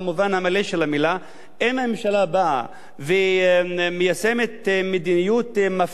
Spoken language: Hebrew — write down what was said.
אם ממשלה באה ומיישמת מדיניות מפלה כנגד ערבים בנושא קרקעות,